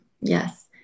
Yes